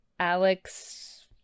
Alex